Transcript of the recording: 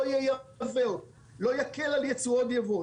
לא ייבא אותו ולא יקל על יצואו ויבואו,